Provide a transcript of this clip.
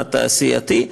התעשייתי,